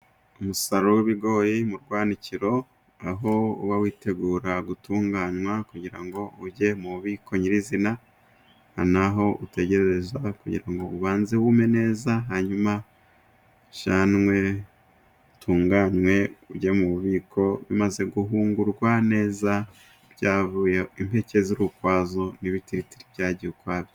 Umusaruro w'ibigori mu rwanikiro, aho uba witegura gutunganywa kugira ngo ujye mu bubiko nyirizina, aha naho utegerereza kugirango ubanze wume neza, hanyuma ujyanwe utunganywe ujye mu bubiko, bimaze guhungurwa neza impeke ziri ukwazo n'ibitiritiri byagiye ukwabyo.